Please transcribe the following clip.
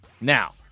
Now